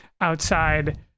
outside